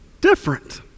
different